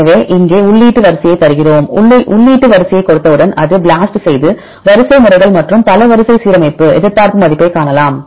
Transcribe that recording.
எனவே இங்கே உள்ளீட்டு வரிசையை தருகிறோம் உள்ளீட்டு வரிசையை கொடுத்தவுடன் அது BLAST ஐ செய்து வரிசைமுறைகள் மற்றும் பல வரிசை சீரமைப்பு எதிர்பார்ப்பு மதிப்பைப் காணலாம்